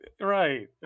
Right